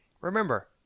Remember